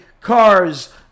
cars